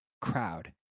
crowd